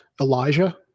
Elijah